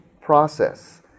process